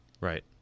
Right